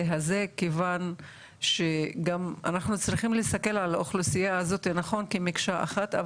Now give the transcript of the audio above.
הזה כיוון שגם אנחנו צריכים להסתכל על האוכלוסייה הזאת נכון כמקשה אחת,